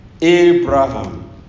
Abraham